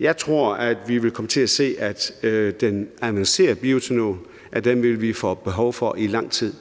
Jeg tror, at vi vil komme til at se, at vi vil få behov for den avancerede bioætanol i lang tid.